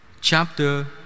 chapter